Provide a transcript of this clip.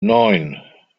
neun